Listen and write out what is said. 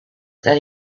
then